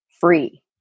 free